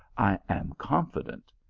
i am confident.